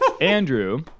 andrew